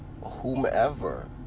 whomever